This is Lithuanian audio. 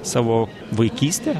savo vaikystę